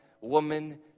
woman